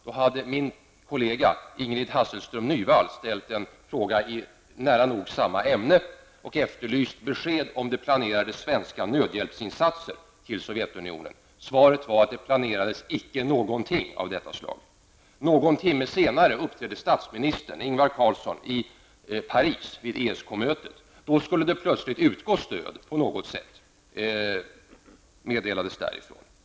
Då hade min kollega, Ingrid Hasselström Nyvall, ställt en fråga i nära nog samma ämne och efterlyst besked om planerade svenska nödhjälpsinsatser till Sovjetunionen. Svaret var att det inte planerades någonting av detta slag. Någon timme senare uppträdde statsminister Ingvar Carlsson vid ESK-mötet i Paris. Då talade statsministern plötsligt om att det skulle utgå stöd på något sätt.